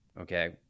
okay